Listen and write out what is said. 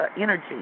energy